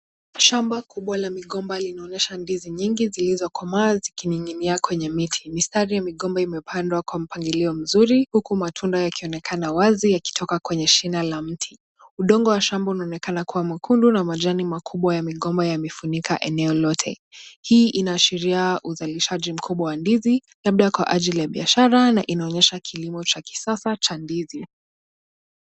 Shamba kubwa la migomba linaonyesha ndizi nyingi zilizokomaa zikining'inia kwenye miti. Mistari ya migomba imepandwa kwa mpangilio mzuri huku matunda yakionekana wazi yakitoka kwenye shina la mti. Udongo wa shamba unaonekana kuwa mwekundu na majani makubwa ya migomba yamefunika eneo lote. Hii inaashiria uzalishaji mkubwa wa ndizi labda kwa ajili ya biashara na kilimo cha kisasa cha ndizi.